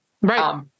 Right